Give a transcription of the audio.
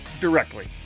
directly